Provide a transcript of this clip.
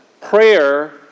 Prayer